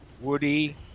Woody